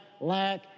lack